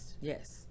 Yes